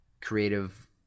creative